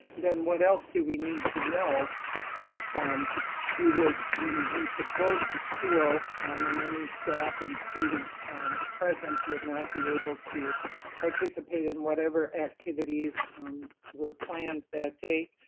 then what else do we need to know if um we would we need to close the school and any staff and students present would not be able to participate in whatever activities were planned that date,